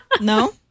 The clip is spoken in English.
No